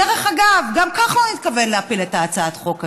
דרך אגב, גם כחלון התכוון להפיל את הצעת החוק הזו.